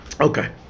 Okay